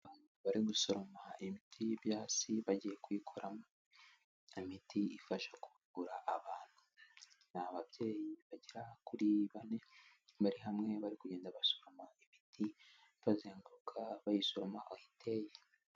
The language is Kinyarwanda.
Bari gusoroma imiti y'ibyasi bagiye kuyikoramo imiti ifasha kuvura abantu, ni ababyeyi bagera kuri bane bari hamwe bari kugenda basoroma imiti bazenguruka bayisoroma aho iteye.